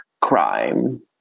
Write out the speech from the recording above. crime